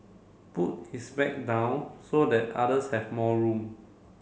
put his bag down so that others have more room